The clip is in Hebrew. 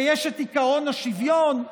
ויש את עקרון השוויון.